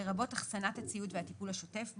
לרבות אחסנת הציוד והטיפול השוטף בו,